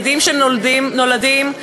ילדים שנולדים,